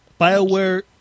BioWare